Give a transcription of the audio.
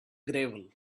gravel